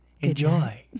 Enjoy